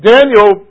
Daniel